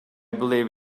believe